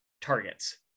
targets